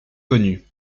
connue